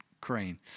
crane